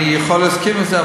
אני יכול להסכים לזה,